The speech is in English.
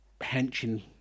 henching